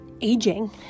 aging